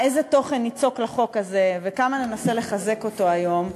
איזה תוכן ניצוק לחוק הזה וכמה ננסה לחזק אותו היום.